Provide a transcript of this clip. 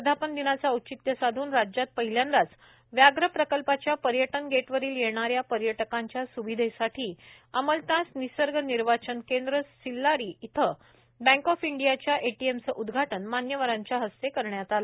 वर्धापन दिनाचे औचित्य साधून राज्यात पहिल्यांदाच व्याघ्र प्रकल्पाच्या पर्यटन गेट वरील येणाऱ्या पर्यटकांच्या सुविधेसाठी अमलतास निसर्ग निर्वाचन केंद्र सिल्लारी येथे बँक ऑफ इंडियाच्या एटीएम चे उदघाटन मान्यवरांच्या हस्ते करण्यात आले